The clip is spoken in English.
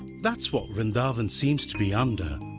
that's what vrindavan seems to be under.